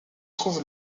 trouve